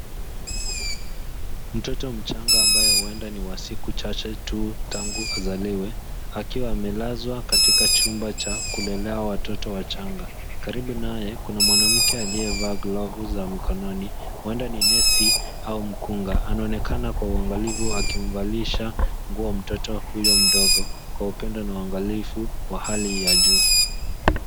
Mtoto mchanga ambaye huenda ni wa siku chache tu tangu azaliwe, akiwa amelazwa katika chumba cha kulelea watoto wachanga. Karibu naye kuna mwanamke aliyevaa glavu za mikononi, huenda ni nesi au mkunga. Anaonekana kwa uangalifu akimvalisha nguo mtoto huyo mdogo kwa upendo na uangalifu wa hali ya juu.